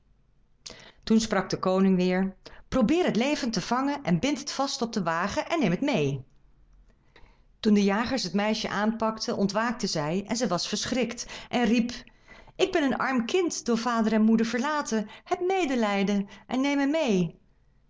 toen sprak de koning weêr probeer het levend te vangen en bindt het vast op den wagen en neemt het meê toen de jagers het meisje aanpakten ontwaakte zij en zij was verschrikt en riep ik ben een arm kind door vader en moeder verlaten heb medelijden en neem mij meê